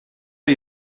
are